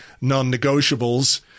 non-negotiables